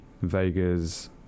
Vega's